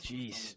Jeez